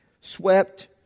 swept